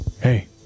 Hey